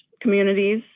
communities